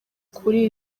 kuri